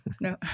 No